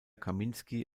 kaminski